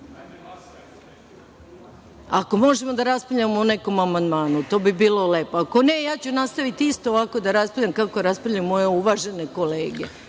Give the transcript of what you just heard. možemo da raspravljamo o nekom amandmanu, to bi bilo lepo, ako ne, ja ću nastaviti isto ovako da raspravljam kako raspravljaju moje uvažene kolege.